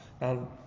Now